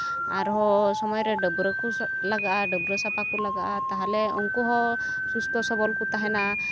ᱟᱨᱦᱚ ᱥᱚᱢᱚᱭ ᱨᱮ ᱰᱟᱹᱵᱨᱟᱹᱣ ᱠᱚ ᱞᱟᱜᱟᱜᱼᱟ ᱰᱟᱹᱵᱨᱟᱹᱣ ᱥᱟᱯᱷᱟ ᱠᱚ ᱞᱟᱜᱟᱜᱼᱟ ᱛᱟᱦᱚᱞᱮ ᱩᱱᱠᱩ ᱦᱚᱸ ᱥᱩᱥᱛᱷ ᱥᱚᱵᱚᱞ ᱠᱚ ᱛᱟᱦᱮᱱᱟ